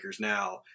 now